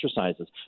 exercises